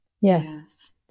Yes